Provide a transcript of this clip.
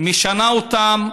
משנה אותם,